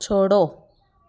छोड़ो